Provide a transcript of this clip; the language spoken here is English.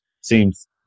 seems